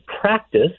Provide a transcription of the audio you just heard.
practice